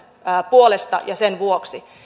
puolesta ja sen vuoksi